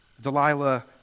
Delilah